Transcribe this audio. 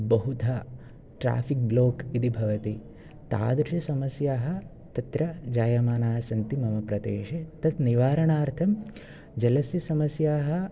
बहुधा traffic block इति भवति तादृशसमस्याः तत्र जायमानाः सन्ति मम प्रदेशे तत् निवारणार्थं जलस्य समस्याः